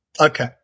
Okay